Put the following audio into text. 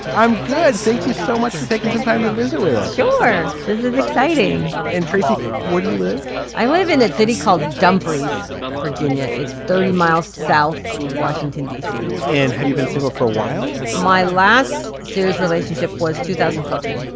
i'm good. thank you so much for taking some time to visit with us. sure this is exciting. and tracy where do you live i live in a city called dumfries virginia. it's thirty miles south of washington d c. and have you been single for a while. my last serious relationship was two thousand and fourteen.